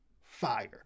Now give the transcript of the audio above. fire